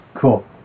cool